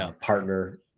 partner